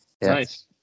nice